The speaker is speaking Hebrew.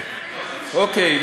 בחיי, אוקיי.